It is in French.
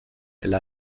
elle